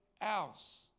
else